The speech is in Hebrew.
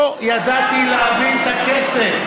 לא ידעתי להביא את הכסף.